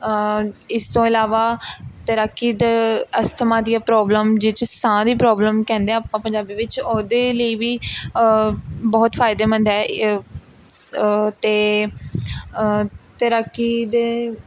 ਇਸ ਤੋਂ ਇਲਾਵਾ ਤੈਰਾਕੀ ਦੇ ਅਸਥਮਾ ਦੀਆਂ ਪ੍ਰੋਬਲਮ ਜਿਹ 'ਚ ਸਾਹ ਦੀ ਪ੍ਰੋਬਲਮ ਕਹਿੰਦੇ ਹਾਂ ਆਪਾਂ ਪੰਜਾਬੀ ਵਿੱਚ ਉਹਦੇ ਲਈ ਵੀ ਬਹੁਤ ਫਾਇਦੇਮੰਦ ਹੈ ਏ ਅਤੇ ਤੈਰਾਕੀ ਦੇ